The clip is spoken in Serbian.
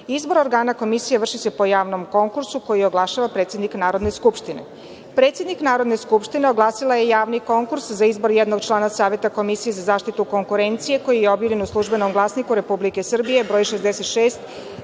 organa Komisije vrši se po javnom konkursu koji oglašava predsednik Narodne skupštine. Predsednik Narodne skupštine oglasila je javni konkurs za izbor jednog člana Saveta komisije za zaštitu konkurencije koji je objavljen u „Službenom glasniku RS“, br. 66/16,